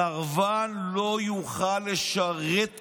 סרבן לא יוכל לשרת כלוחם.